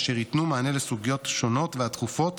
אשר ייתנו מענה בסוגיות השונות והדחופות